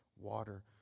water